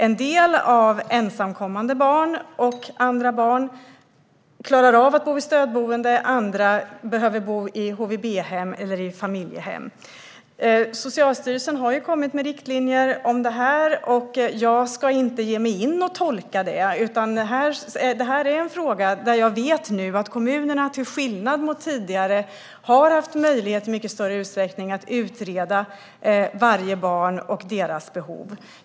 En del ensamkommande och andra barn klarar av att bo i stödboende; andra behöver bo i HVB-hem eller familjehem. Socialstyrelsen har kommit med riktlinjer om detta, och jag ska inte ge mig in och tolka dem. Jag vet att kommunerna i mycket större utsträckning än tidigare har haft möjlighet att utreda varje barn och hans eller hennes behov.